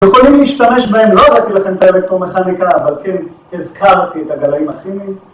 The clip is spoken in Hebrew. ‫יכולים להשתמש בהם? ‫לא הראתי לכם את האלקטרומכניקה, ‫אבל כן הזכרתי את הגלאים הכימיים.